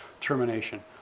termination